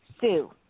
Sue